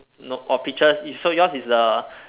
no orh peaches so yours is the